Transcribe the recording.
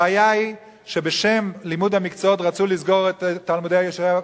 הבעיה היא שבשם לימוד המקצועות רצו לסגור את תלמודי-התורה